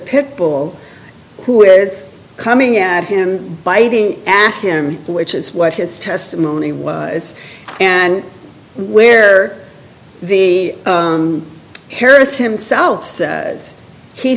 pit bull who is coming at him biting after him which is what his testimony was and where the harris himself said he